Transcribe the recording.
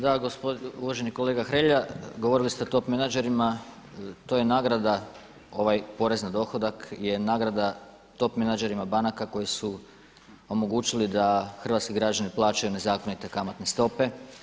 Da uvaženi kolega Hrelja, govorili ste o top menadžerima i to je nagrada, porez na dohodak je nagrada top menadžerima banaka koji su omogućili da hrvatski građani plaćaju nezakonite kamatne stope.